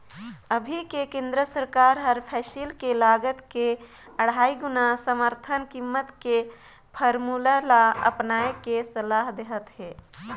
अभी के केन्द्र सरकार हर फसिल के लागत के अढ़ाई गुना समरथन कीमत के फारमुला ल अपनाए के सलाह देहत हे